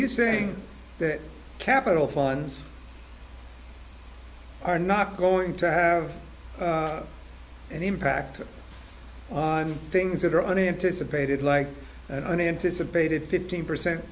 you saying that capital funds are not going to have an impact on things that are unanticipated like unanticipated fifteen percent